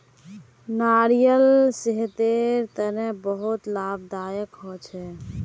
नारियाल सेहतेर तने बहुत लाभदायक होछे